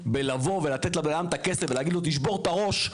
בלבוא ולתת לבן אדם את הכסף ולהגיד לו תשבור את הראש,